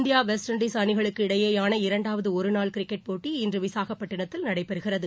India West Indies அணிகளுக்கு இடையேயான இரண்டாவது ஒருநாள் கிரிக்கெட் போட்டி இன்று விசாகப்பட்டினத்தில் நடைபெறுகிறது